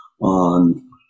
on